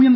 N